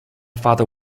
father